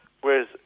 whereas